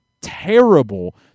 terrible